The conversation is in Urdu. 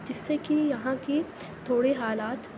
جس سے کہ یہاں کی تھوڑے حالات